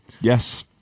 Yes